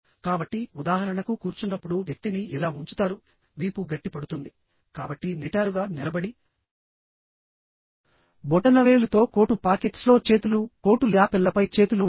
కాబట్టి ఉదాహరణకు కూర్చున్నప్పుడు వ్యక్తిని ఇలా ఉంచుతారు వీపు గట్టిపడుతుంది కాబట్టి నిటారుగా నిలబడి బొటనవేలుతో కోటు పాకెట్స్లో చేతులు కోటు ల్యాపెల్లపై చేతులు ఉంటాయి